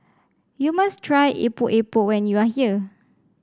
you must try Epok Epok when you are here